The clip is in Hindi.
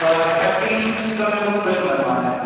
और ठट्टी इंच का मेरे को फ्रेम बनवाना है